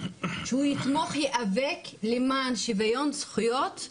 יתמוך ויאבק למען שוויון זכויות,